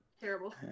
Terrible